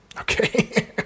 Okay